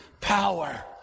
power